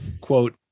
quote